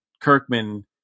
Kirkman